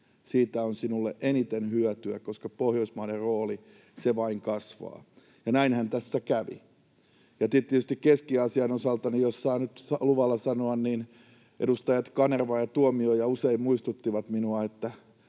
siitä on sinulle eniten hyötyä, koska Pohjoismaiden rooli vain kasvaa, ja näinhän tässä kävi. Tietysti Keski-Aasian osalta — jos saan nyt luvalla sanoa — edustajat Kanerva ja Tuomioja usein muistuttivat minua, että